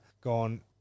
gone